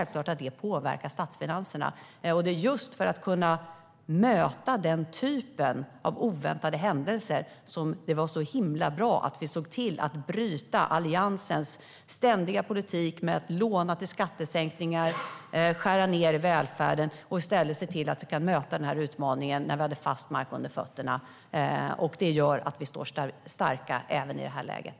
Vi måste kunna möta den typen av oväntade händelser. Därför var det himla bra att vi bröt med Alliansens politik, som innebar att man ständigt lånade till skattesänkningar och skar ned välfärden, och i stället såg till att vi kan möta den här utmaningen med fast mark under fötterna. Det gör att vi står starka även i det här läget.